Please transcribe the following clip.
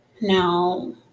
Now